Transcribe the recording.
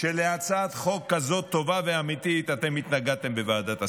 שלהצעת חוק כזאת טובה ואמיתית אתם התנגדתם בוועדת השרים.